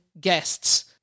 guests